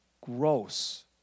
Gross